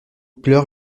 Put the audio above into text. pleure